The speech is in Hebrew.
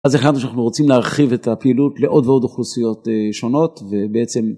אז החלטנו שאנחנו רוצים להרחיב את הפעילות לעוד ועוד אוכלוסיות אה שונות ובעצם...